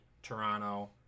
Toronto